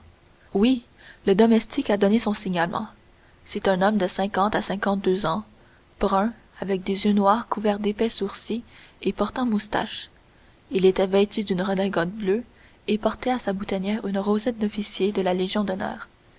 oui le domestique a donné son signalement c'est un homme de cinquante à cinquante-deux ans brun avec des yeux noirs couverts d'épais sourcils et portant moustaches il était vêtu d'une redingote bleue et portait à sa boutonnière une rosette d'officier de la légion d'honneur